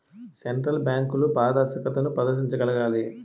central బ్యాంకులు పారదర్శకతను ప్రదర్శించగలగాలి